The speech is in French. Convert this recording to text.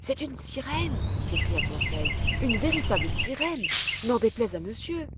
c'est une sirène s'écria conseil une véritable sirène n'en déplaise à monsieur